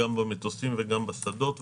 גם במטוסים וגם בשדות התעופה.